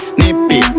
nippy